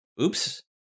oops